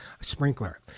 sprinkler